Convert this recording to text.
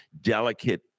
delicate